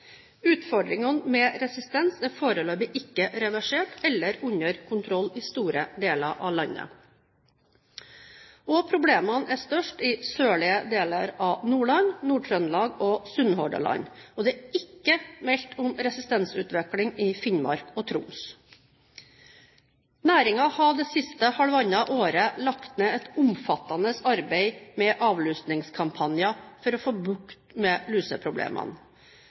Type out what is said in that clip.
Utfordringene med resistens er foreløpig ikke reversert eller under kontroll i store deler av landet. Problemene er størst i sørlige deler av Nordland, i Nord-Trøndelag og i Sunnhordland. Det er ikke meldt om resistensutvikling i Finnmark og Troms. Næringen har det siste halvannet året lagt ned et omfattende arbeid med avlusningskampanjer for å få bukt med luseproblemene.